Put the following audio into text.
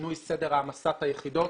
שינוי סדר העמסת היחידות,